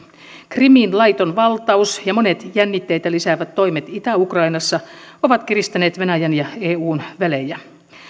krimin laiton valtaus ja monet jännitteitä lisäävät toimet itä ukrainassa ovat kiristäneet venäjän ja eun välejä